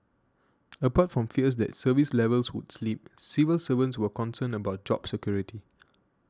apart from fears that service levels would slip civil servants were concerned about job security